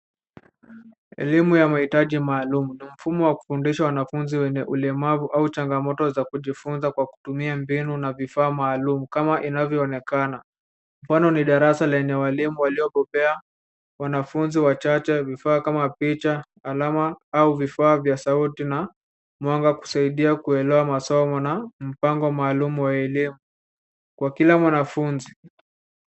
Elimu ya mahitaji maalum ni mfumo wa kuwafunza wanafunzi wenye ulemavu au changamoto za kujifunza kwa kutumia mbinu na vifaa maalum kama inavyoonekana. Mfano ni darasa na ina walimu waliobobea, wanafunzi wachache, vifaa kama picha, alama au vifaa vya sauti na mwanga kusaidia kuelewa masomo na mpango maalum wa elimu kwa kila mwanafunzi.